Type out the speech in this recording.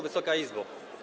Wysoka Izbo!